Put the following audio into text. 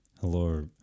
hello